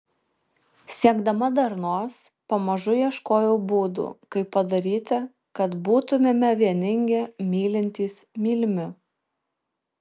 siekdama darnos pamažu ieškojau būdų kaip padaryti kad būtumėme vieningi mylintys mylimi